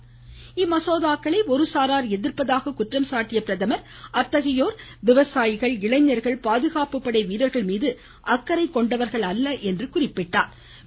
வேளாண் மசோதாக்களை ஒருசாரார் எதிர்ப்பதாக குற்றம் சாட்டிய பிரதமர் அத்தகையோர் விவசாயிகள் இளைஞர்கள் பாதுகாப்பு படை வீரர்கள் மீது அக்கறை கொண்டவர்கள் அல்ல என்றார்